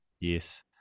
Yes